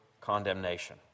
condemnation